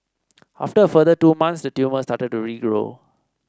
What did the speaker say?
after a further two months the tumour started to regrow